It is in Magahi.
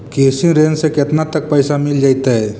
कृषि ऋण से केतना तक पैसा मिल जइतै?